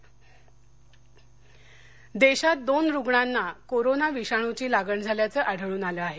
corona देशात दोन रुग्णांना कोरोना विषाणूची लागण झाल्याचं आढळून आलं आहे